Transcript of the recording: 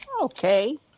Okay